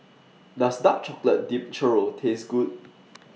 Does Dark Chocolate Dipped Churro Taste Good